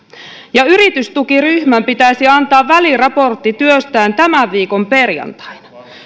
ja yritystukiryhmän pitäisi antaa väliraportti työstään tämän viikon perjantaina